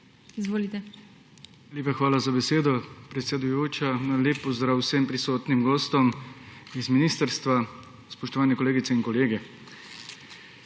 SDS):** Lepa hvala za besedo, predsedujoča. Lep pozdrav vsem prisotnim gostom z ministrstva, spoštovane kolegice in kolegi!